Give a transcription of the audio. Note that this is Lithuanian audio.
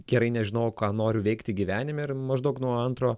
gerai nežinojau ką noriu veikti gyvenime ir maždaug nuo antro